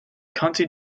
county